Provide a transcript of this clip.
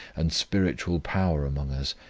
and spiritual power among us,